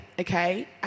okay